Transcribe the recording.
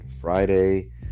Friday